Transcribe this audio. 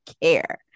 care